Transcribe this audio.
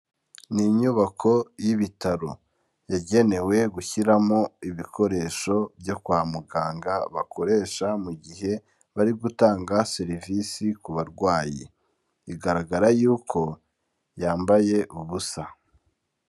N'inyubako y'ibitaro, yagenewe gushyiramo ibikoresho byo kwa muganga, bakoresha mu gihe bari gutanga serivisi ku barwayi, igaragara y'uko yambaye ubusa.